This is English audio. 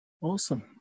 Awesome